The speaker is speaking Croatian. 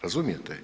Razumijete?